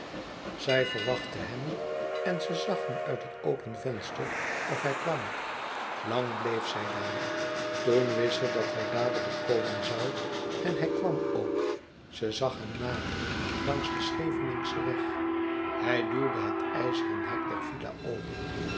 zij verwachtte hem en ze zag nu uit het open venster of hij kwam lang bleef zij daar toen wist ze dat hij dadelijk komen zoû en hij kwam ook ze zag hem naderen langs den scheveningschen weg hij duwde het ijzeren hek der villa open